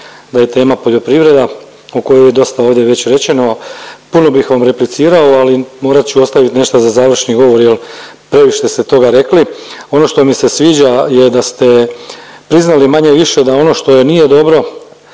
da je tema poljoprivreda o kojoj je dosta ovdje već rečeno. Puno bih vam replicirao, ali morat ću ostavit nešto za završni govor jel previše ste toga rekli. Ono što mi se sviđa je da ste priznali manje-više da ono što nije dobro